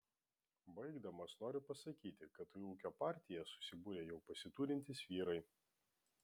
baigdamas noriu pasakyti kad į ūkio partiją susibūrė jau pasiturintys vyrai